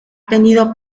tenido